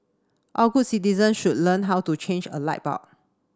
all good citizens should learn how to change a light bulb